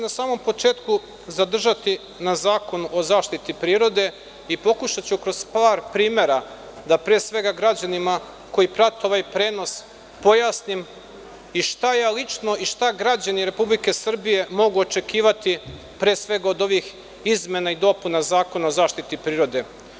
Na samom početku, zadržaću se na Zakonu o zaštiti prirode i pokušaću kroz par primera da pre svega građanima koji prate ovaj prenos pojasnim i šta ja lično i šta građani Republike Srbije mogu očekivati pre svega od ovih izmena i dopuna Zakona o zaštiti prirode.